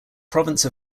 province